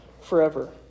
forever